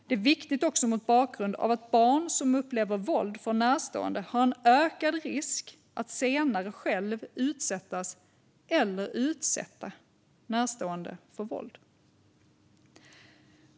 Det är viktigt också mot bakgrund av att barn som upplever våld från närstående har en ökad risk för att senare själv utsättas eller utsätta närstående för våld.